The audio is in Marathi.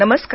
नमस्कार